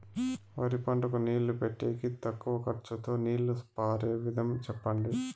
వరి పంటకు నీళ్లు పెట్టేకి తక్కువ ఖర్చుతో నీళ్లు పారే విధం చెప్పండి?